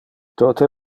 tote